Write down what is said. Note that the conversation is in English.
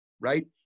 right